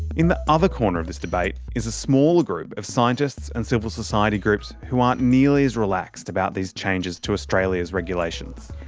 in the other corner of this debate is a smaller group of scientists and civil society groups, who aren't nearly as relaxed about these changes to australia's regulations.